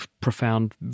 profound